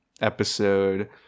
episode